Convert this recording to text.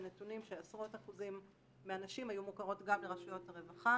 נתונים שעשרות אחוזים מהנשים היו מוכרות גם לרשויות הרווחה